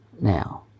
Now